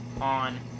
on